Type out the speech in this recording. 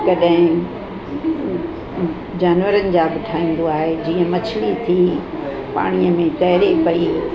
कॾहिं जानवरनि जा बि ठाहींदो आहे जीअं मछली थी पाणीअ में तैरे पई